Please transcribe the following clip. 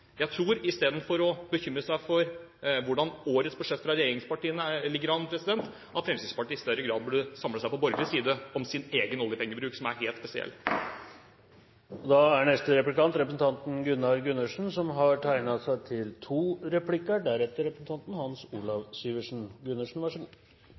Jeg tror at istedenfor å bekymre seg for hvordan årets budsjett fra regjeringspartiene ligger an, burde Fremskrittspartiet i større grad samle seg på borgerlig side om sin egen oljepengebruk, som er helt spesiell. Dette var det nesten utrolig å sitte og høre på – at Høyre snakker økonomien ned. Er det noe Høyre har